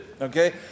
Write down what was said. Okay